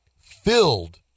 filled